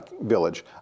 village